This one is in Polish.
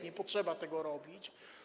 Nie potrzeba tego robić.